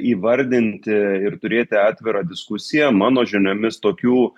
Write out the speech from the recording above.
įvardinti ir turėti atvirą diskusiją mano žiniomis tokių